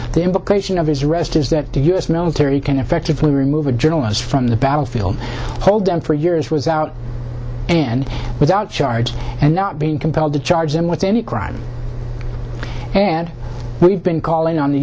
invocation of his arrest is that the u s military can effectively remove a journalist from the battlefield hold them for years was out and without charge and not being compelled to charge them with any crime and we've been calling on the